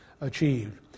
achieved